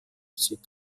sie